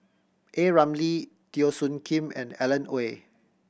A Ramli Teo Soon Kim and Alan Oei